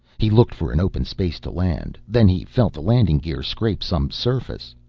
he looked for an open space to land. then he felt the landing gear scrape some surface.